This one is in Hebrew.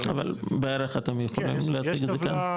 אבל בערך, אתם יכולים להגיד כמה?